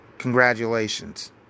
Congratulations